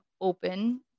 open